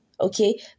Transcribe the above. Okay